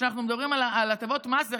כשאנחנו מדברים על הטבות מס,